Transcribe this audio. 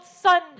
son